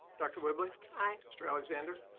dr. whibley. aye. mr. alexander.